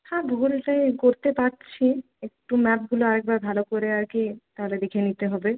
হ্যাঁ ভূগোলেরটায় করতে পারছি একটু ম্যাপগুলো আর একবার ভালো করে আর কি তা হলে দেখে নিতে হবে